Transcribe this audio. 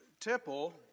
temple